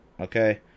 Okay